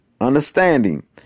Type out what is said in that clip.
understanding